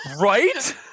right